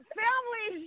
family